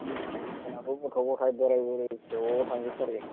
जोंनाबो गथ' गथाय बोथाइ बुरै ज' थांजोबथारगोन